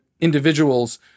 individuals